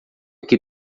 que